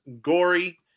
gory